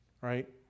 right